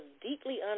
deeply